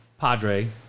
Padre